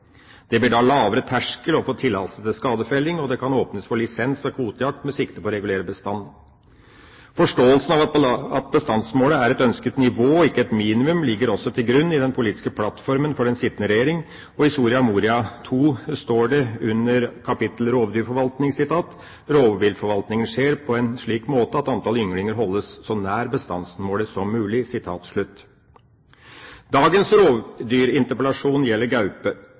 Det blir da lavere terskel for å få tillatelse til skadefelling, og det kan åpnes for lisens- og kvotejakt med sikte på å regulere bestanden. Forståelsen av at bestandsmålet er et ønsket nivå og ikke et minimum, ligger også til grunn i den politiske plattformen for den sittende regjering. I Soria Moria II står det under kapitlet om rovdyrforvaltning at «rovviltforvaltningen skjer på en slik måte at antallet ynglinger holdes så nær bestandsmålet som mulig». Dagens rovdyrinterpellasjon gjelder gaupe.